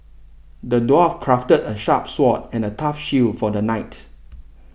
the dwarf crafted a sharp sword and a tough shield for the knight